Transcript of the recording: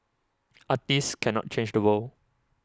artists cannot change the world